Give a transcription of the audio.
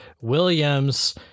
Williams